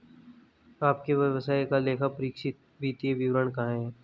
आपके व्यवसाय का लेखापरीक्षित वित्तीय विवरण कहाँ है?